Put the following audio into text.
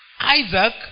Isaac